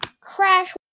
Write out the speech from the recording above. crash